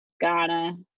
Ghana